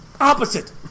Opposite